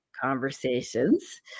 conversations